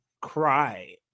cry